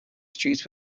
streets